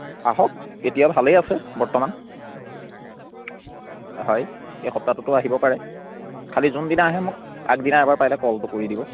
আহক এতিয়া ভালেই আছে বৰ্তমান হয় এই সপ্তাহটোতো আহিব পাৰে খালী যোনদিনা আহে মোক আগদিনা এবাৰ পাৰিলে কলটো কৰি দিব